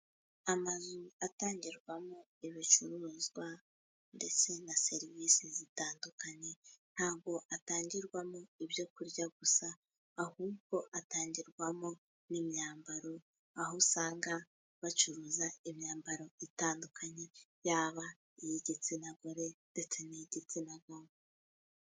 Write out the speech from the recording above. Amazu atangirwamo ibicuruzwa, ndetse na serivise zitandukanye, ntabwo atangirwamo ibyo kurya gusa, ahubwo atangirwamo n'imyambaro, aho usanga bacuruza imyambaro itandukanye, yaba iyi gitsina gore ndetse ni iyi gitsina gabo.